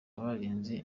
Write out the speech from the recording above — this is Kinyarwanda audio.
barinze